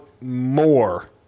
more